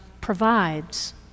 provides